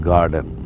Garden